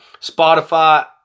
Spotify